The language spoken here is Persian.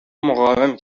مقاوم